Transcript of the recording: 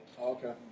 Okay